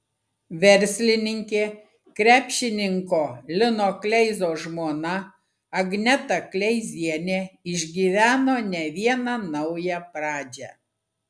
verslininkė krepšininko lino kleizos žmona agneta kleizienė išgyveno ne vieną naują pradžią